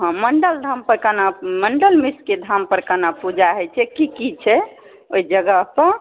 हँ मण्डन धामपर कोना मण्डन मिश्रके धामपर कोना पूजा होइ छै कि कि छै ओहि जगहपर